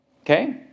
Okay